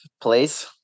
place